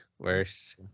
worse